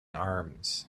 arms